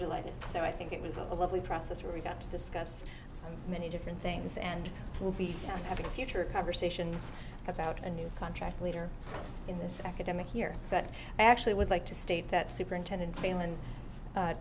delighted so i think it was a lovely process where we got to discuss many different things and we'll be having a future conversations about a new contract later in this academic year but actually would like to state that superintendent f